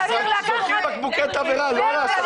אז זורקים בקבוקי תבערה לא לעשות